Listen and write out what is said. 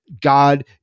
God